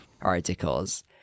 articles